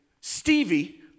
Stevie